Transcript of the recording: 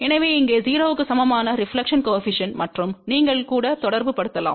எனவே இங்கே 0 க்கு சமமான ரெபிலெக்ஷன் கோஏபிசிஎன்ட் மற்றும் நீங்கள் கூட தொடர்புபடுத்தலாம்